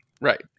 Right